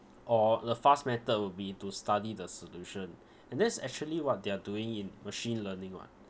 or the fast method would be to study the solution and that's actually what they are doing in machine learning what